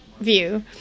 view